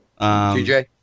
TJ